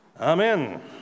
Amen